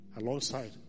Alongside